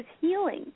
healing